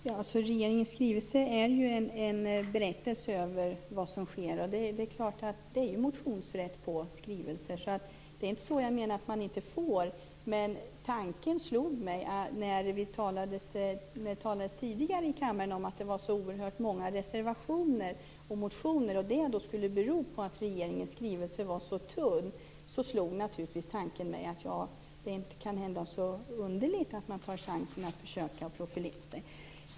Fru talman! Regeringens skrivelse är ju en berättelse över det som sker, och det är motionsrätt på skrivelser. Så jag menar inte att man inte får motionera. Men när det tidigare i kammaren talades om att det var så oerhört många reservationer och motioner och om att det skulle bero på att regeringens skrivelse är så tunn, slog det mig att det kanske inte är så underligt att man tar chansen att försöka profilera sig.